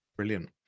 Brilliant